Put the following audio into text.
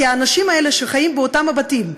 כי האנשים האלה, שחיים באותם בתים,